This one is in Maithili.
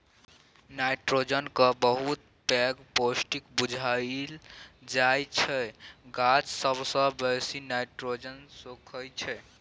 नाइट्रोजन केँ बहुत पैघ पौष्टिक बुझल जाइ छै गाछ सबसँ बेसी नाइट्रोजन सोखय छै